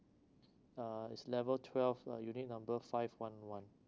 uh it's level twelve lah unit number five one one